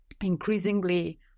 increasingly